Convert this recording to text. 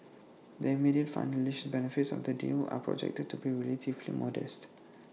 the immediate financial benefits of the deal are projected to be relatively modest